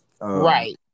Right